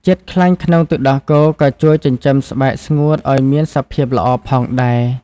ជាតិខ្លាញ់ក្នុងទឹកដោះគោក៏ជួយចិញ្ចឹមស្បែកស្ងួតឲ្យមានសភាពល្អផងដែរ។